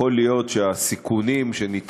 יכול להיות שהסיכונים שהיה